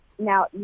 Now